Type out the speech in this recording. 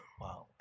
Wow